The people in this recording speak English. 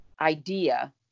idea